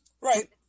Right